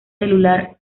celular